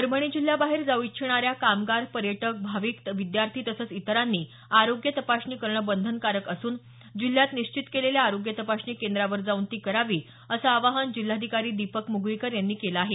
परभणी जिल्ह्याबाहेर जाऊ इच्छिणाऱ्या कामगार पर्यटक भाविक विद्यार्थी तसंच इतरांची आरोग्य तपासणी करणं बंधनकारक असून जिल्ह्यात निश्चित केलेल्या आरोग्य तपासणी केंद्रावर जाऊन ती करावी असं आवाहन जिल्हाधिकारी दीपक मुगळीकर यांनी केलं आहे